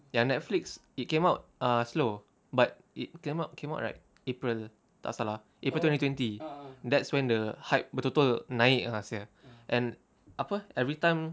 ya Netflix it came out ah slow but it came out came out right april tak salah april twenty twenty that's when the hype betul-betul naik ah sia and apa everytime